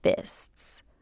fists